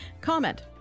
Comment